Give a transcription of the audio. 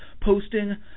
posting